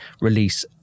release